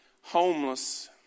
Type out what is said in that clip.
homeless